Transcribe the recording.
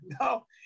no